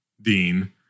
Dean